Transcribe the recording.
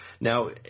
Now